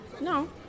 No